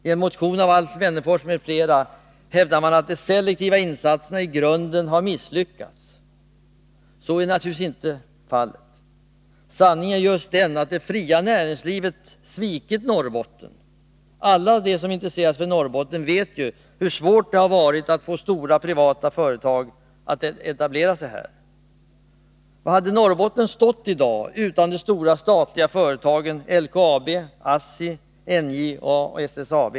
I en motion av Alf Wennerfors m.fl. hävdas att de selektiva insatserna i grunden har misslyckats. Så är naturligtvis inte fallet. Sanningen är den att just det fria näringslivet svikit Norrbotten. Alla som har intresserat sig för Norrbotten vet ju hur svårt det har varit att få de stora privata företagen att etablera sig där. Var hade Norrbotten stått i dag utan de stora statliga företagen LKAB, ASSI, NJA och SSAB?